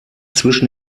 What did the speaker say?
zwischen